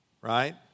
right